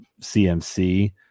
CMC